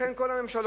וכן בכל הממשלות.